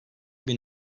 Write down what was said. bin